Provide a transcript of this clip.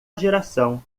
geração